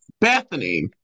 Bethany